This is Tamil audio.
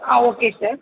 ah okay sir